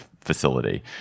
facility